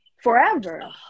Forever